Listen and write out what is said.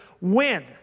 win